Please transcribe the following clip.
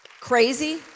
Crazy